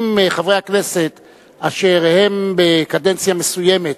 אם חברי הכנסת אשר הם בקדנציה מסוימת